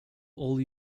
all